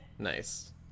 nice